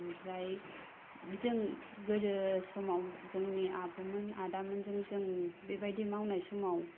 ओमफ्राय जों गोदो समाव जोंनि आब'मोन आदामोनजों जों बेबायदि मावनाय समाव